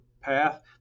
path